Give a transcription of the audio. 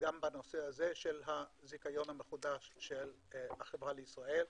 גם בנושא הזה של הזיכיון המחודש של החברה לישראל,